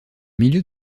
milieu